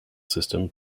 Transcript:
system